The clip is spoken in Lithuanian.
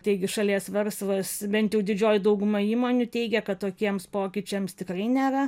taigi šalies verslas bent jau didžioji dauguma įmonių teigia kad tokiems pokyčiams tikrai nėra